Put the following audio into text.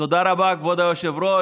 תודה רבה, כבוד היושב-ראש.